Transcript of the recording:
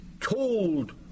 told